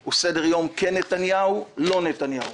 הוא סדר יום "כן נתניהו, לא נתניהו".